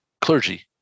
clergy